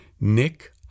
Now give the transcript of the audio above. Nick